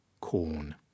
corn